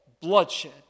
bloodshed